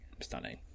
stunning